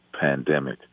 Pandemic